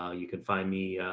ah you could find me,